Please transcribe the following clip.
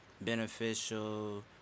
beneficial